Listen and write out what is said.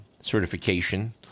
certification